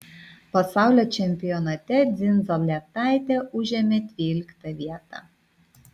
pasaulio čempionate dzindzaletaitė užėmė dvyliktą vietą